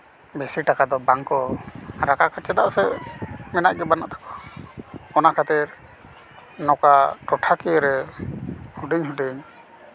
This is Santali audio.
ᱵᱮᱥᱤ ᱴᱟᱠᱟ ᱫᱚ ᱵᱟᱝᱠᱚ ᱨᱟᱠᱟᱵᱟ ᱪᱮᱫᱟᱜ ᱥᱮ ᱢᱮᱱᱟᱜ ᱜᱮ ᱵᱟᱹᱱᱩᱜ ᱛᱟᱠᱚ ᱚᱱᱟ ᱠᱷᱟᱹᱛᱤᱨ ᱱᱚᱝᱠᱟ ᱴᱚᱴᱷᱟᱠᱤᱭᱟᱹ ᱨᱮ ᱦᱩᱰᱤᱧ ᱦᱩᱰᱤᱧ